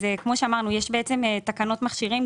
כמו שאמרנו, יש תקנות מכשירים.